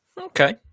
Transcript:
Okay